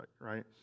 right